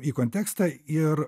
į kontekstą ir